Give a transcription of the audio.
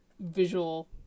visual